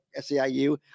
SEIU